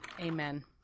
Amen